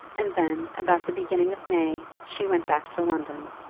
and then, about the beginning of may, she went back to london.